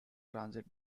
transit